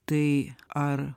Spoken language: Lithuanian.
tai ar